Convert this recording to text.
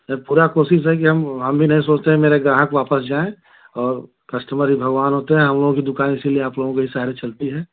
तो पूरी कोशिश है कि हम हम भी नहीं सोचते हैं मेरे ग्राहक वापस जाएँ और कस्टमर ही भगवान होते हैं हम लोगों की दुकान इसी लिए आप लोगों के ही सहारे चलती है